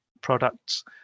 products